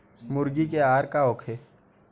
मुर्गी के आहार का होखे?